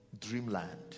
dreamland